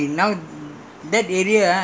so they covered all that area you now